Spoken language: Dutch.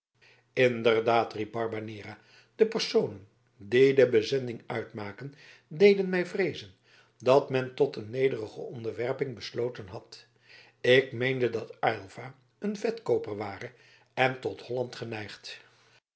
inderdaad riep barbanera de personen die de bezending uitmaken deden mij vreezen dat men tot een nederige onderwerping besloten had ik meende dat aylva een vetkooper ware en tot holland geneigd